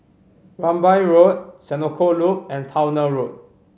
Rambai Road Senoko Loop and Towner Road